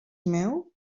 meu